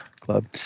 Club